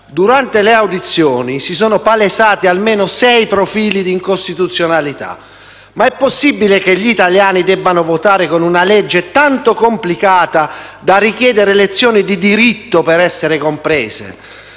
Durante le audizioni si sono palesati almeno sei profili di incostituzionalità. È mai possibile che gli italiani debbano votare con una legge tanto complicata da richiedere lezioni di diritto per essere compresa?